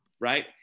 right